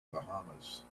bahamas